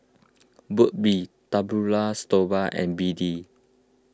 Burt's Bee Datura Stoma and B D